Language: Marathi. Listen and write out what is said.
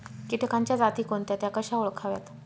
किटकांच्या जाती कोणत्या? त्या कशा ओळखाव्यात?